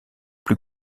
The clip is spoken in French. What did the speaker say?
plus